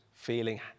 feeling